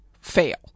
fail